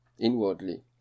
inwardly